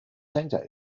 centre